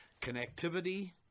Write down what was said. Connectivity